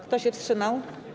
Kto się wstrzymał?